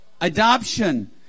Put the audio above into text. Adoption